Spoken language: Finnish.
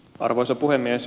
arvoisa puhemies